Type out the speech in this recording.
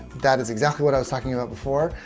that is exactly what i was talking about before.